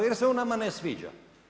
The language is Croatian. Jer se on nama ne sviđa.